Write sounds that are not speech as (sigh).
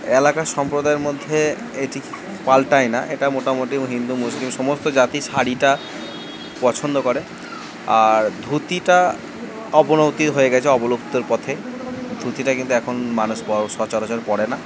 এলাকার সম্প্রদায়ের মধ্যে এটি পাল্টায় না এটা মোটামুটি হিন্দু মুসলিম সমস্ত জাতি শাড়িটা পছন্দ করে আর ধুতিটা অবনতি হয়ে গেছে অবলুপ্তর পথে ধুতিটা কিন্তু এখন মানুষ (unintelligible) সচরাচর পরে না